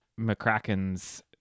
mccracken's